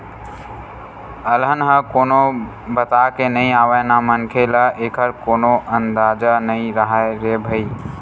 अलहन ह कोनो बताके नइ आवय न मनखे ल एखर कोनो अंदाजा नइ राहय रे भई